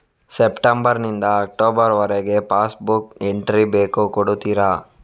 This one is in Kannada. ಸೆಪ್ಟೆಂಬರ್ ನಿಂದ ಅಕ್ಟೋಬರ್ ವರಗೆ ಪಾಸ್ ಬುಕ್ ಎಂಟ್ರಿ ಬೇಕು ಕೊಡುತ್ತೀರಾ?